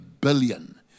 billion